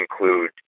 include